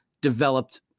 developed